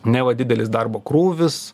neva didelis darbo krūvis